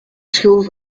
schildert